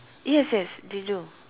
yes yes they do